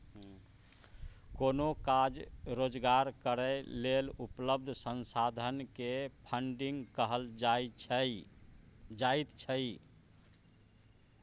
कोनो काज रोजगार करै लेल उपलब्ध संसाधन के फन्डिंग कहल जाइत छइ